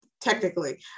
technically